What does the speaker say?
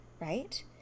Right